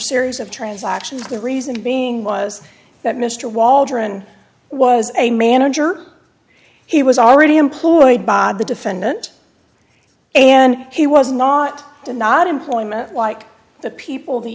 series of transactions the reason being was that mr waldron was a manager he was already employed by the defendant and he was not to not employment like the people the